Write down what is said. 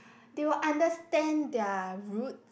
they will understand their root